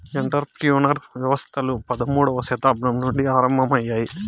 enter ప్రెన్యూర్ వ్యవస్థలు పదమూడవ శతాబ్దం నుండి ఆరంభమయ్యాయి